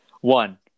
One